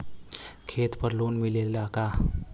खेत पर लोन मिलेला का?